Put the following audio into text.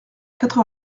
quatre